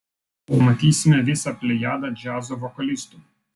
pamatysime visą plejadą džiazo vokalistų